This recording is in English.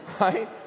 right